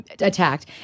attacked